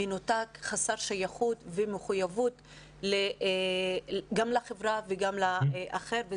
מנותק, חסר שייכות ומחויבות גם לחברה וגם לאחר.